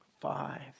five